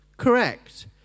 correct